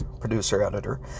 producer-editor